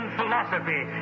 philosophy